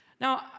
Now